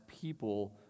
people